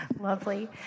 Lovely